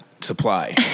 supply